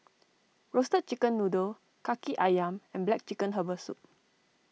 Roasted Chicken Noodle Kaki Ayam and Black Chicken Herbal Soup